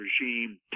regime